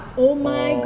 oo